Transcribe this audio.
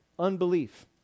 unbelief